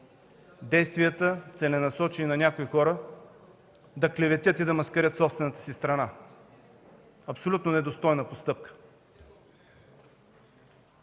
действия на някои хора да клеветят и да маскарят собствената си страна. Абсолютно недостойна постъпка!